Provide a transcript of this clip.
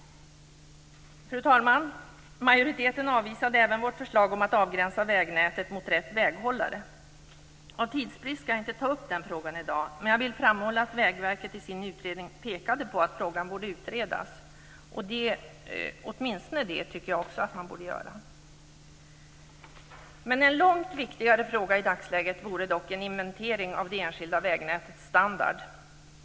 Fru talman! Majoriteten avvisade även vårt förslag om att avgränsa vägnätet mot rätt väghållare. Av tidsbrist skall jag inte ta upp den frågan i dag, men jag vill framhålla att Vägverket i sin utredning pekade på att frågan borde utredas. Det borde man åtminstone göra. En långt viktigare fråga i dagsläget vore dock en inventering av det enskilda vägnätets standard.